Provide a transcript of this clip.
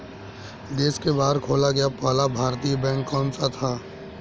देश के बाहर खोला गया पहला भारतीय बैंक कौन सा था?